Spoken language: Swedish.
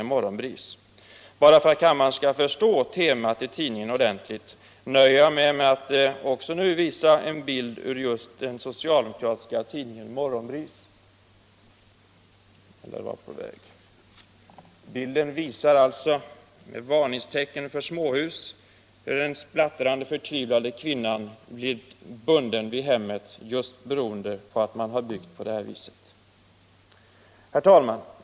Bara för att kammaren skall förstå temat i tidningen nöjer jag mig med att visa en bild som föreställer ett varningstecken för småhus med en sprattlande förtvivlad kvinna, bunden vid hemmet. Herr talman!